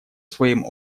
своим